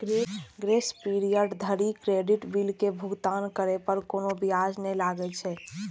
grace period धरि credit bill के भुगतान करै पर कोनो ब्याज नै लागै छै